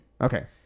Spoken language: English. okay